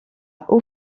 haut